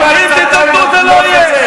אבל אם תתנגדו זה לא יהיה.